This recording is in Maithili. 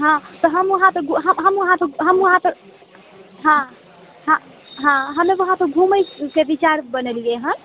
हँ तऽ हम वहाँ पर हम वहाँ पर हम वहाँ पर हँ हँ हम वहाँपर घुमएके विचार बनेलिऐ हंँ